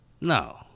No